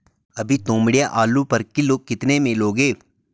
अभी तोमड़िया आलू पर किलो कितने में लोगे?